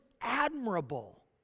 admirable